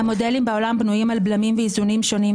המודלים בעולם בנויים על בלמים ואיזונים שונים,